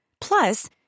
Plus